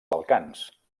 balcans